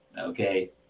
Okay